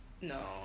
No